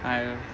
I